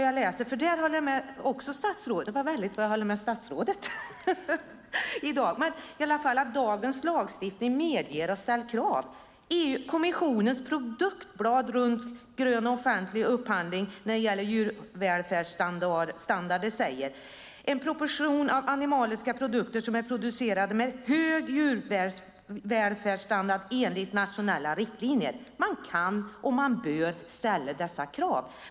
Jag håller också med statsrådet - det var väldigt så jag håller med statsrådet i dag - att dagens lagstiftning medger att vi kan ställa krav. Kommissionens produktblad runt grön offentlig upphandling när det gäller djurvälfärdsstandard säger: "En proportion av animaliska produkter som är producerade med hög djurvälfärdsstandard enligt nationella riktlinjer." Man kan och man bör ställa dessa krav.